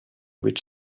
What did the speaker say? which